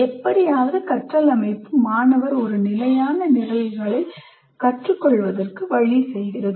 எப்படியாவது கற்றல் அமைப்பு மாணவர் ஒரு நிலையான நிரல்களைக் கற்றுக்கொள்வதற்கு வழி செய்கிறது